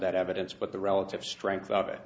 that evidence but the relative strength of it